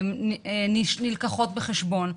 נלקחות בחשבון.